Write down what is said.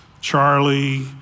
Charlie